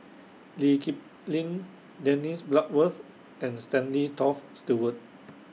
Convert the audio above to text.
Lee Kip Lin Dennis Bloodworth and Stanley Toft Stewart